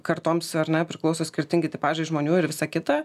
kartoms ar ne priklauso skirtingi tipažai žmonių ir visa kita